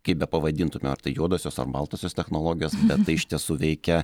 kaip bepavadintume ar tai juodosios ar baltosios technologijos bet tai iš tiesų veikia